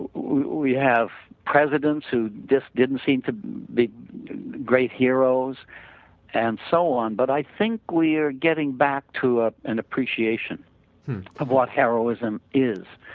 we have presidents who just didn't seem to be great heroes and so on but i think we're getting back to ah an appreciation of what heroism is.